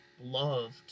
loved